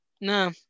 No